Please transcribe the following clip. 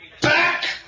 Back